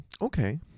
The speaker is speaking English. Okay